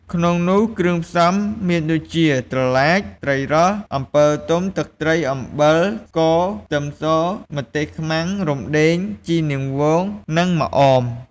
ក្នុងនោះគ្រឿងផ្សំមានដូចជា ត្រឡាច ត្រីរ៉ស់ អំពិលទុំ ទឹកត្រី អំបិល ស្ករ ខ្ទឹមស ម្ទេសខ្មាំង រំដេង ជីរនាងវង និងម្អម ។